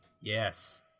Yes